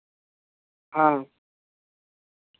ᱦᱮᱸ